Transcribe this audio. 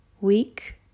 week